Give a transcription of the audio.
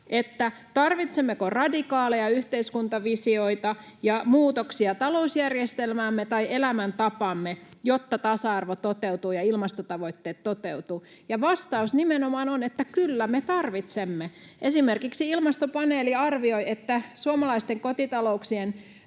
tarvitsemmeko radikaaleja yhteiskuntavisioita ja muutoksia talousjärjestelmäämme tai elämäntapaamme, jotta tasa-arvo toteutuu ja ilmastotavoitteet toteutuvat, ja vastaus nimenomaan on, että kyllä me tarvitsemme. Esimerkiksi ilmastopaneeli arvioi, että suomalaisten kotitalouksien